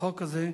לחוק הזה,